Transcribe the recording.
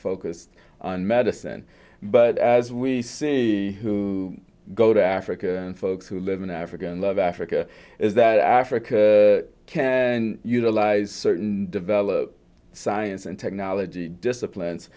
focused on medicine but as we see who go to africa and folks who live in africa and love africa is that africa can utilize certain developed science and technology disciplines